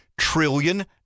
trillion